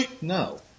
No